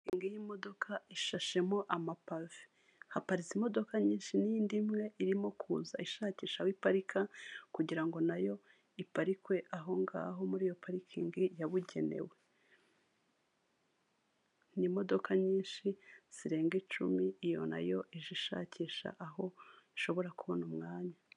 imi y'modoka ishashemo amapave haparitse imodoka nyinshi n'indi imwe irimo kuza ishakisha aho iparirika kugirango nayo iparikwe aho nga muri iyo parikingi yabugenewe, ni imodoka nyinshi zirenga icumi iyo nayo ije ishakisha aho ishobora kubona umwanya.